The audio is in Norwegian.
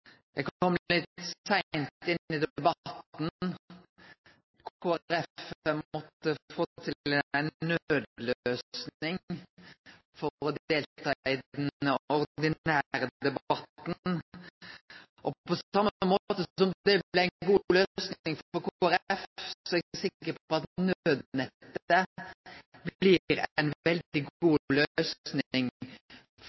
Eg kom litt seint inn i debatten. Kristeleg Folkeparti måtte få til ei naudløysing for å delta i den ordinære debatten. Og på same måten som det blei ei god løysing for Kristeleg Folkeparti, er eg sikker på at naudnettet blir ei veldig god løysing for vårt samfunn som heilskap. Det er